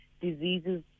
diseases